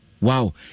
wow